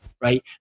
right